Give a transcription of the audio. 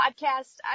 podcast